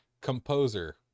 Composer